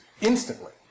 instantly